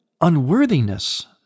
unworthiness